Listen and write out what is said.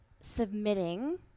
submitting